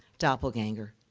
doppelganger.